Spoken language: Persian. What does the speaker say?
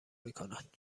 میکند